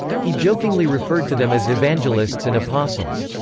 he jokingly referred to them as evangelists and apostles.